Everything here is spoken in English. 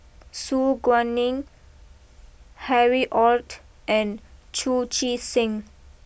Su Guaning Harry Ord and Chu Chee Seng